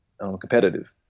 competitive